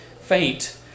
Faint